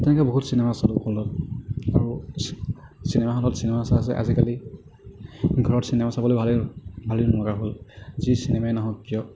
গতিকে বহুত চিনেমা চালোঁ হলত আৰু চিনেমা হলত চিনেমা চাই আজি কালি ঘৰত চিনেমা চাবলৈ ভালেই ভালেই নলগা হ'ল যি চিনেমাই নহওঁক কিয়